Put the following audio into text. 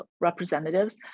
representatives